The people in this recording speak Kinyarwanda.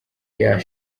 year